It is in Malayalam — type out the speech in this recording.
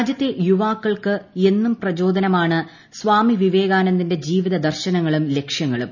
രാജൃത്തെ യുവാക്കൾക്ക് എന്നും പ്രചോദനമാണ് സ്വാമി വിവേകാനന്ദന്റെ ജീവിത ദർശനങ്ങളും ലക്ഷ്യങ്ങളും